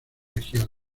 regiones